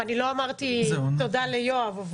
לא אמרתי תודה ליואב.